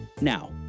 Now